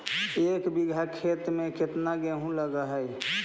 एक बिघा खेत में केतना गेहूं लग है?